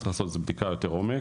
צריך לעשות בדיקה יותר לעומק.